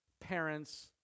parents